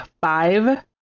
Five